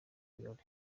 birori